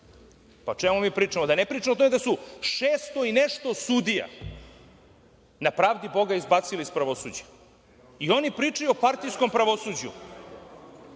O čemu mi pričamo? Da ne pričamo o tome da je 600 i nešto sudija na pravdi Boga izbačeno iz pravosuđa i onda oni pričaju o partijskom pravosuđu?